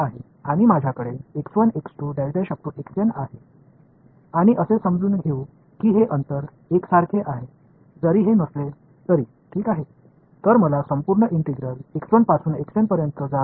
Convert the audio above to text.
ஆனால் இது ஒரு இடைவெளி 0 முதல் h வரை மட்டுமே இருந்தது இப்போது நான் அடிப்படையில் இந்த விதியை எல்லா இடைவெளிகளிலும் நீட்டிக்க விரும்புகிறேன்